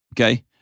Okay